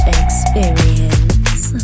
experience